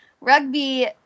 rugby